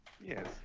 Yes